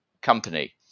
company